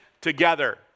together